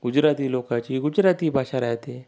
गुजराती लोकाची गुजराती भाषा राहते